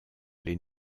les